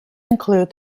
include